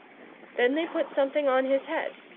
then they put something on his head,